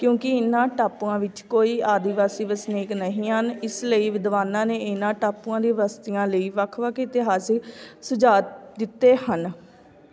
ਕਿਉਂਕਿ ਇਹਨਾਂ ਟਾਪੂਆਂ ਵਿੱਚ ਕੋਈ ਆਦੀਵਾਸੀ ਵਸਨੀਕ ਨਹੀਂ ਹਨ ਇਸ ਲਈ ਵਿਦਵਾਨਾਂ ਨੇ ਇਨ੍ਹਾਂ ਟਾਪੂਆਂ ਦੀ ਬਸਤੀਆਂ ਲਈ ਵੱਖ ਵੱਖ ਇਤਿਹਾਸਕ ਸੁਝਾਅ ਦਿੱਤੇ ਹਨ